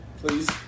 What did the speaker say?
Please